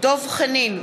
דב חנין,